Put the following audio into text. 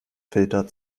filter